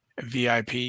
VIP